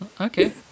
Okay